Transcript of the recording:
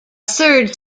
third